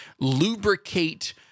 lubricate